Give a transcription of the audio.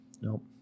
Nope